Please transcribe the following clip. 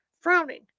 Frowning